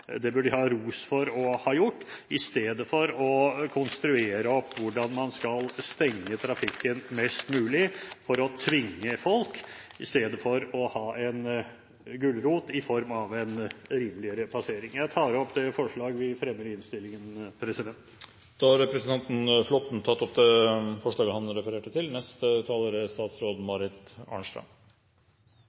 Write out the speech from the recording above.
Det bør de ha ros for å ha gjort. Istedenfor å konstruere opp hvordan man skal stenge trafikken mest mulig for å tvinge folk, bør man ha en gulrot i form av rimeligere passering. Jeg tar opp det forslaget Kristelig Folkeparti og Høyre fremmer i innstillingen. Representanten Svein Flåtten har tatt opp det forslaget han refererte til. Det er